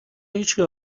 هیچکی